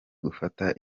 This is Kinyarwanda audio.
gufata